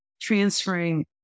transferring